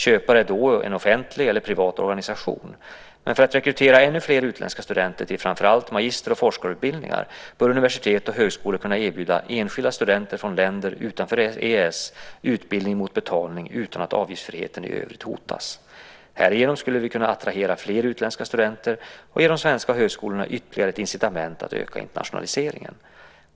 Köpare är då en offentlig eller privat organisation. Men för att rekrytera ännu fler utländska studenter till framför allt magister och forskarutbildningar bör universitet och högskolor kunna erbjuda enskilda studenter från länder utanför EES utbildning mot betalning utan att avgiftsfriheten i övrigt hotas. Härigenom skulle vi kunna attrahera fler utländska studenter och ge de svenska högskolorna ytterligare ett incitament att öka internationaliseringen.